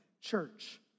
church